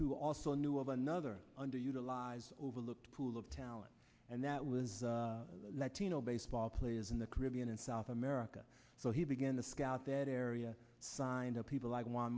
who also knew of another underutilized overlooked pool of talent and that was latino baseball players in the caribbean and south america so he began to scout that area signed up people like